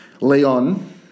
Leon